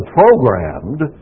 programmed